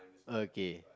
okay